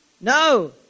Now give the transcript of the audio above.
No